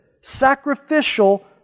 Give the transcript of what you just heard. sacrificial